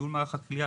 ייעול מערך הכליאה,